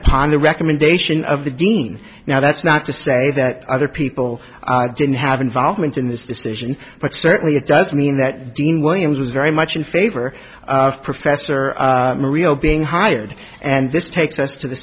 upon the recommendation of the dean now that's not to say that other people didn't have involvement in this decision but certainly it does mean that dean williams was very much in favor of professor real being hired and this takes us to the